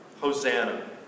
Hosanna